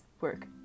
work